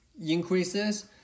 increases